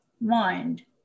mind